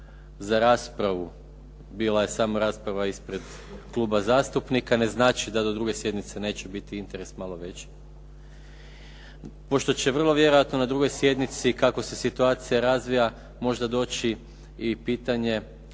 za raspravu, bila je samo rasprava ispred kluba zastupnika, ne znači da do druge sjednice neće biti interes malo veći. Pošto će vrlo vjerojatno na drugoj sjednici, kako se situacija razvija, možda doći i pitanje